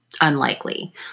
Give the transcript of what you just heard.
unlikely